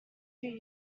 two